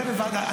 זה בוועדה,